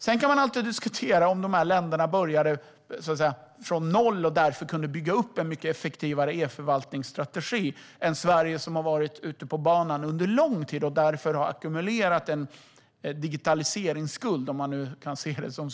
Sedan kan man alltid diskutera om dessa länder började från noll och därför kunde bygga upp en mycket effektivare e-förvaltningsstrategi än Sverige, som har varit ute på banan under lång tid och därför har ackumulerat en digitaliseringsskuld, om man nu kan se det så.